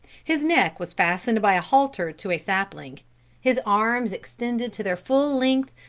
his neck was fastened by a halter to a sapling his arms, extended to their full length,